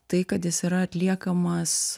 tai kad jis yra atliekamas